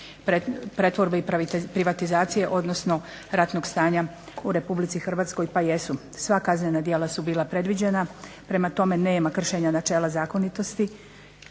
pretvorbe i privatizacije odnosno ratnog stanja u RH? Pa jesu. Sva kaznena djela su bila predviđena, prema tome nema kršena načela zakonitosti.